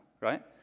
right